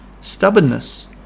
stubbornness